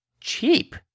cheap